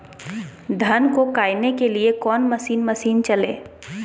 धन को कायने के लिए कौन मसीन मशीन चले?